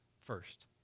first